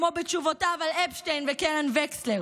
כמו בתשובותיו על אפשטיין וקרן וקסנר.